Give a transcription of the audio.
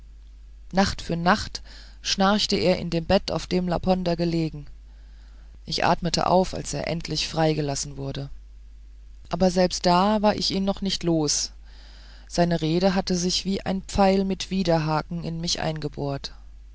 nacht für nacht schnarchte er in dem bett auf dem laponder gelegen ich atmete auf als er endlich freigelassen wurde aber selbst da war ich ihn noch nicht los seine rede hatte sich wie ein pfeil mit widerhaken in mich eingebohrt